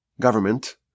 government